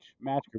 Match